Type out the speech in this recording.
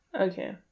Okay